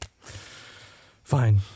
Fine